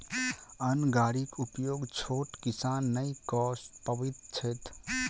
अन्न गाड़ीक उपयोग छोट किसान नै कअ पबैत छैथ